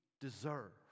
deserve